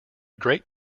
great